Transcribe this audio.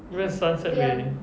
you know where is sunset way